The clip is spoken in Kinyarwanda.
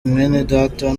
mwenedata